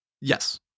Yes